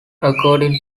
according